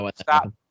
stop